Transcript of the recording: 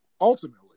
ultimately